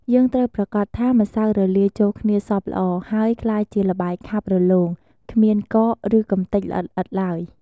យើងត្រូវប្រាកដថាម្សៅរលាយចូលគ្នាសព្វល្អ ហើយក្លាយជាល្បាយខាប់រលោង គ្មានកករ ឬកម្ទេចល្អិតៗឡើយ។